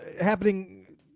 happening